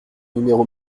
numéro